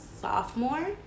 sophomore